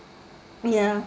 ya